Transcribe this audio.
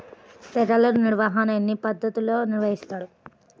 తెగులు నిర్వాహణ ఎన్ని పద్ధతుల్లో నిర్వహిస్తారు?